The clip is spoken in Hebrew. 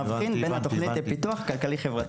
מבחין בין התוכנית לפיתוח כלכלי-חברתי.